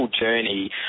journey